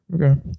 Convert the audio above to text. Okay